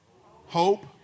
Hope